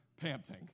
panting